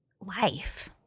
life